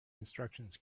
instructions